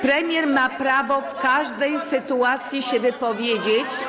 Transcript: Premier ma prawo w każdej sytuacji się wypowiedzieć.